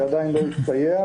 זה עדיין לא הסתייע,